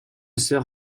soeur